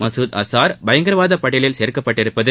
மகுத் அசார் பயங்கரவாத பட்டியலில் சேர்க்கப்பட்டிருப்பது